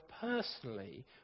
personally